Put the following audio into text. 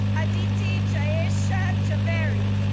aditi jayesh ah jhaveri,